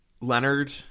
Leonard